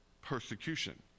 persecution